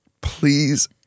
please